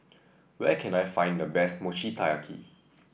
where can I find the best Mochi Taiyaki